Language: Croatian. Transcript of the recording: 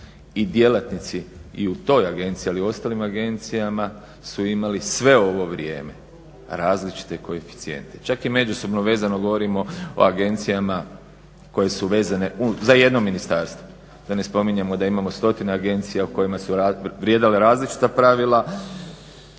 I djelatnici, i u toj agenciji ali i u ostalim agencijama su imali sve ovo vrijeme različite koeficijente. Čak je međusobno vezano, govorimo o agencijama koje su vezane za jedno ministarstvo. Da ne spominjemo da imamo stotine agencija u kojima su vrijedila različita pravila